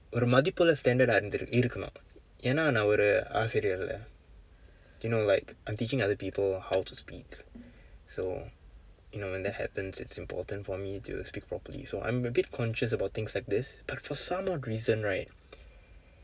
ஒரு மதிப்புள்ள:oru mathippulla standard-aa இருந்து இருக்குனும் ஏன் என்றால் நான் ஒரு ஆசிரியர்:irunthu irukkunum een enraal naan oru aasiriyar leh you know like I'm teaching other people how to speak so you know when that happens it's important for me to speak properly so I'm a bit conscious about things like this but for some odd reason right